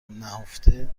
نهفته